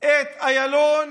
את איילון.